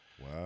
Wow